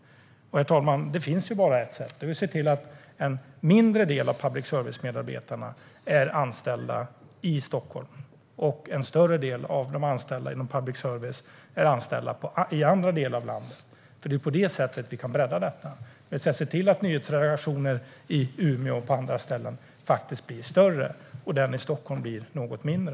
Herr talman! Det finns bara ett sätt. Det är att se till att en mindre del av public service-medarbetarna är anställda i Stockholm och att en större del är anställda i andra delar av landet. Det är på det sättet vi kan bredda detta. Det gäller att se till att nyhetsredaktionerna i Umeå och på andra ställen blir större och att den i Stockholm blir något mindre.